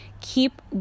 keep